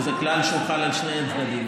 וזה כלל שהוא חל על שני הצדדים.